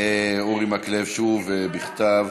אורי מקלב, שוב, בכתב.